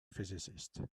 physicist